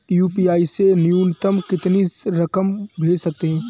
UPI से न्यूनतम कितनी रकम भेज सकते हैं?